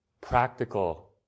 practical